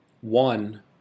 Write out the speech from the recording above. one